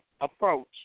approach